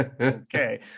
Okay